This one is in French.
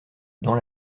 dans